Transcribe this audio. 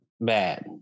Bad